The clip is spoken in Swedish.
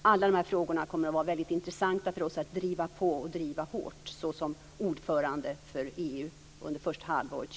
Alla de här frågorna kommer att vara väldigt intressanta för oss att driva på och driva hårt såsom för EU under första halvåret